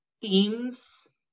themes